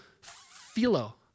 philo